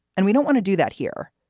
and we don't want to do that here.